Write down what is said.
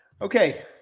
Okay